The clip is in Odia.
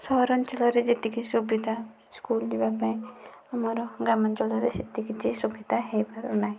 ସହରାଞ୍ଚଳରେ ଯେତିକି ସୁବିଧା ସ୍କୁଲ ଯିବା ପାଇଁ ଆମର ଗ୍ରାମାଞ୍ଚଳରେ ସେତେ କିଛି ସୁବିଧା ହୋଇପାରୁନାହିଁ